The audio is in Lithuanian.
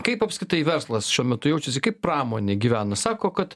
kaip apskritai verslas šiuo metu jaučiasi kaip pramonė gyvena sako kad